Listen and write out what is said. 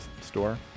Store